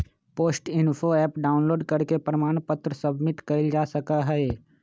post info app download करके प्रमाण पत्र सबमिट कइल जा सका हई